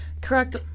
correct